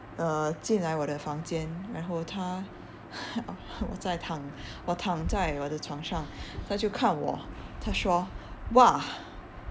uh 进来我的房间然后他我在躺我躺在我的床上他就看我他说 !wah!